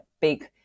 big